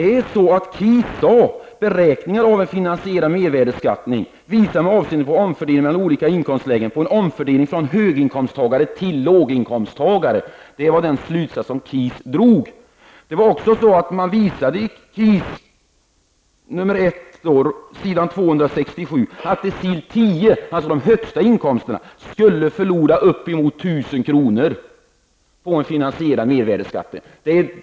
KIS sade: ''Beräkningarna av en finansierad mervärdeskattesänkning på mat visar med avseende på omfördelning mellan olika inkomstlägen på en omfördelning från höginkomsttagare till låginkomsttagare.'' Det var den slutsats som KIS drog. Det var också så att man i KIS -- i första delbetänkandet, s. 267 -- visade att decil 10, alltså de som har de högsta inkomsterna, skulle förlora uppemot 1 000 kr. på en finansierad mervärdeskattesänkning.